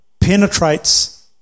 penetrates